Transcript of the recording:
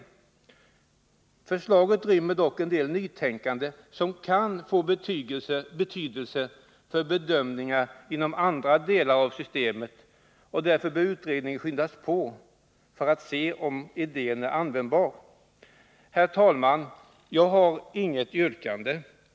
Motionsförslaget rymmer dock en del nytänkande som kan få betydelse för bedömningar inom andra delar av systemet, och därför bör utredningen skyndas på för att man skall kunna se om idén är användbar. Herr talman! Jag har inget yrkande.